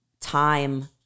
time